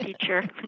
teacher